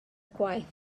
gwaith